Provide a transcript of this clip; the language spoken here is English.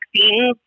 vaccines